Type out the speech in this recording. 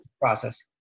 process